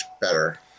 better